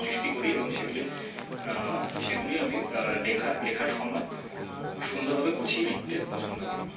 সৃষ্টি করি এবং সেগুলি সেগুলি আমি লেখা লেখার সময় সুন্দরভাবে গুছিয়ে লিখতে পছন্দ করি